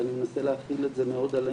ואני מנסה להחיל את זה מאוד עלינו,